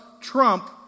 trump